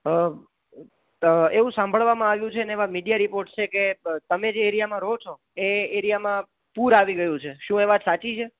હ ત એવું સાંભળવામાં આવ્યુ છે ને એવા મીડિયા રિપોર્ટ્સ છે કે તમે જે એરિયામાં રો છો એ એરિયામાં પૂર આવી ગયુ છે શું એ વાત સાચી છે